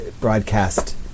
broadcast